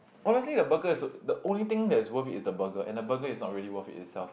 honestly the burger is the only thing that's worth it is the burger and the burger is not really worth it itself